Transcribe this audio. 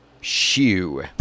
shoe